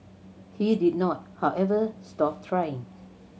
he did not however stop trying